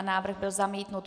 Návrh byl zamítnut.